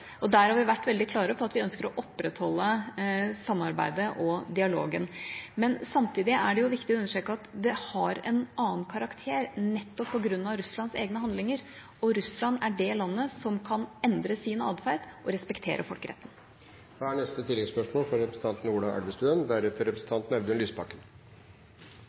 Der har vi vært veldig klare på at vi ønsker å opprettholde samarbeidet og dialogen. Samtidig er det viktig å understreke at det har en annen karakter, nettopp på grunn av Russlands egne handlinger, og Russland er det landet som kan endre sin atferd og respektere